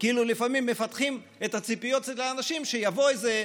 כאילו לפעמים מפתחים את הציפיות אצל האנשים שיבוא איזה,